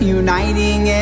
uniting